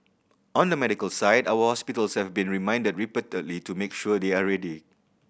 on the medical side our hospitals have been reminded repeatedly to make sure they are ready